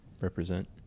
represent